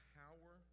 power